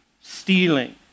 stealing